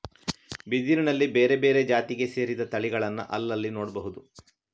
ಬಿದಿರಿನಲ್ಲಿ ಬೇರೆ ಬೇರೆ ಜಾತಿಗೆ ಸೇರಿದ ತಳಿಗಳನ್ನ ಅಲ್ಲಲ್ಲಿ ನೋಡ್ಬಹುದು